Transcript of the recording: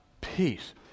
peace